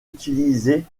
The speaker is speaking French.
utilisait